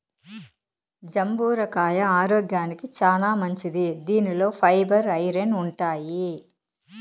జంబూర కాయ ఆరోగ్యానికి చానా మంచిది దీనిలో ఫైబర్, ఐరన్ ఉంటాయి